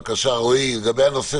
בבקשה, רועי, לגבי נושא